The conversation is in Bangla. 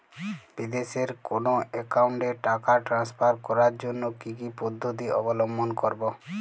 বিদেশের কোনো অ্যাকাউন্টে টাকা ট্রান্সফার করার জন্য কী কী পদ্ধতি অবলম্বন করব?